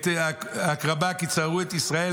"את עקרבה כי צררו את ישראל,